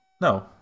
No